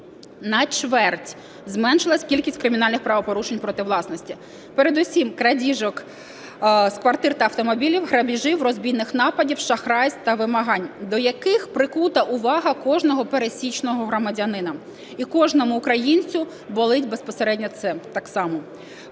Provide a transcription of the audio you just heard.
На чверть зменшилася кількість кримінальних правопорушень проти власності, передусім крадіжок з квартир на автомобілів, грабежів, розбійних нападів, шахрайств та вимагань, до яких прикута увага кожного пересічного громадянина, і кожному українцю болить безпосередньо це так само.